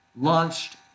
launched